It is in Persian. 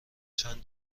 چند